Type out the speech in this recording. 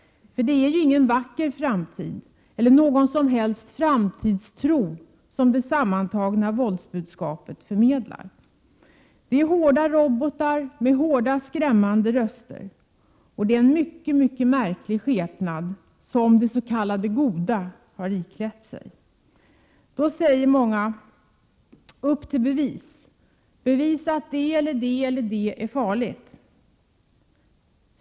Det är ingen vacker framtid eller någon som helst framtidstro som det sammantagna våldsbudskapet förmedlar. Det är hårda robotar med hårda och skrämmande röster, och det är en mycket märklig skepnad som det s.k. goda har iklätt sig. Många säger: Upp till bevis! Bevisa att det eller det är farligt!